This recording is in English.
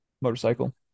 motorcycle